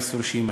אסור שיימשך.